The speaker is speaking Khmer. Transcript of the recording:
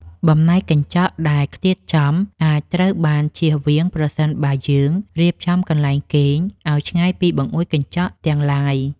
បំណែកកញ្ចក់ដែលខ្ទាតចំ អាចត្រូវបានជៀសវាងប្រសិនបើយើងរៀបចំកន្លែងគេងឱ្យឆ្ងាយពីបង្អួចកញ្ចក់ទាំងឡាយ។